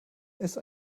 ist